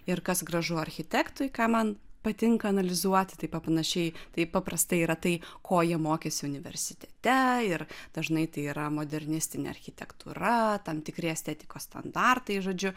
ir kas gražu architektui ką man patinka analizuoti tai panašiai taip paprastai yra tai ko jie mokėsi universitete ir dažnai tai yra modernistinė architektūra tam tikri estetikos standartai žodžiu